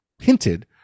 hinted